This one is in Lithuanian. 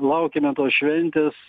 laukiame tos šventės